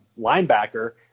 linebacker